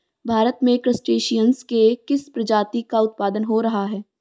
भारत में क्रस्टेशियंस के किस प्रजाति का उत्पादन हो रहा है?